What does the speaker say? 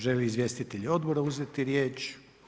Želi li izvjestitelj odbora uzeti riječ?